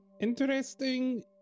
Interesting